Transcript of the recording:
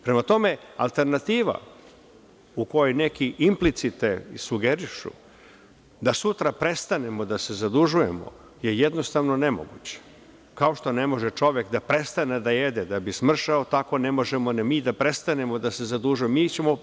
Prema tome, alternativa u kojoj neki implicite sugerišu da sutra prestanemo da se zadužujemo je jednostavno nemoguće, kao što ne može čovek da prestane da jede da bi smršao, tako ne možemo ni mi da prestanemo da se zadužujemo.